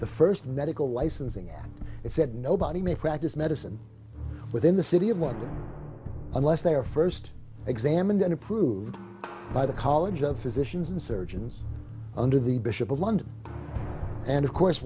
the first medical licensing at it said nobody may practice medicine within the city of london unless they are first examined and approved by the college of physicians and surgeons under the bishop of london and of course